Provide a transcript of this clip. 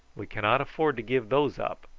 we cannot afford to give those up,